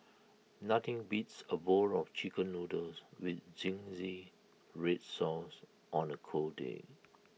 nothing beats A bowl of Chicken Noodles with Zingy Red Sauce on A cold day